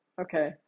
Okay